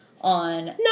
on